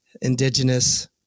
indigenous